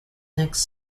next